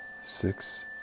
six